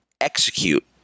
execute